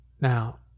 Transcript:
Now